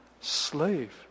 slave